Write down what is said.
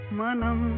manam